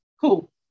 cool